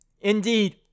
Indeed